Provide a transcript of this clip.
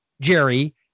Jerry